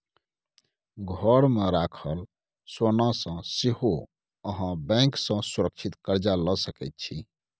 घरमे राखल सोनासँ सेहो अहाँ बैंक सँ सुरक्षित कर्जा लए सकैत छी